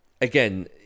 again